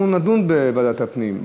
אנחנו נדון בוועדת הפנים,